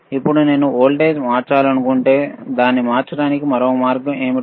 ఇప్పుడు నేను వోల్టేజ్ మార్చాలనుకుంటేదాన్ని మార్చడానికి మరొక మార్గం ఏమిటి